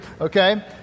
okay